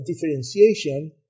differentiation